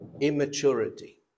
immaturity